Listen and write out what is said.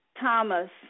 Thomas